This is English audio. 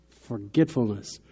forgetfulness